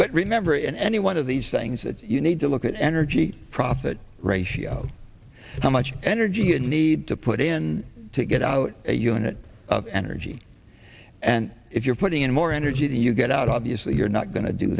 but remember in any one of these things you need to look at energy profit ratio how much energy a need to put in to get out a unit of energy and if you're putting in more energy to you get out obviously you're not go